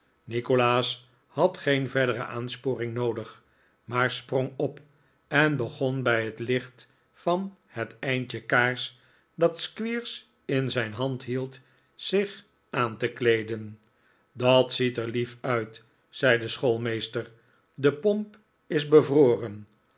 nikolaas had geen verdere aansporing noodig maar sprong op en begon bij het licht van het eindje kaars dat squeers in zijn hand hield zich aan te kleeden dat ziet er lief uit zei de schoolmeester de pomp is bevroren